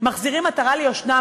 מחזירים עטרה ליושנה,